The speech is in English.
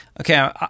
Okay